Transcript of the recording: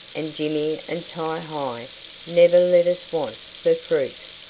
and jimmy and ti-hi never let us want for fruit,